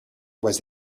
was